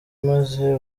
maze